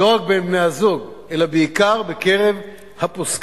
לא רק בין בני-הזוג, אלא בעיקר בקרב הפוסקים.